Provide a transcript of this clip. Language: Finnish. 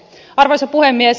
arvoisa puhemies